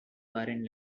foreign